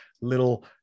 little